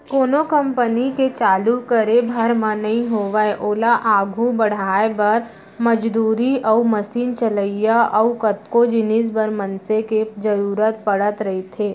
कोनो कंपनी के चालू करे भर म नइ होवय ओला आघू बड़हाय बर, मजदूरी अउ मसीन चलइया अउ कतको जिनिस बर मनसे के जरुरत पड़त रहिथे